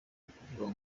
ukuvuga